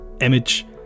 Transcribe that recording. image